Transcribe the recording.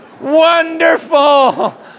wonderful